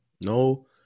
No